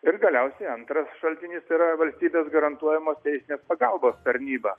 ir galiausiai antras šaltinis yra valstybės garantuojamos teisinės pagalbos tarnyba